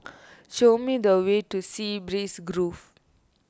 show me the way to Sea Breeze Grove